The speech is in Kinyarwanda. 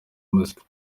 muzika